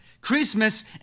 Christmas